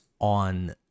on